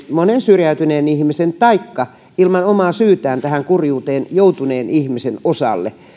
monen syrjäytyneen ihmisen taikka ilman omaa syytään tähän kurjuuteen joutuneen ihmisen osalle